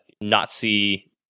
Nazi